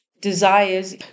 desires